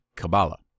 Kabbalah